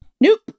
Nope